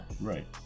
Right